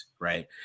right